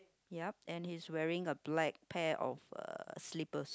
yup and he's wearing a black pair of uh slippers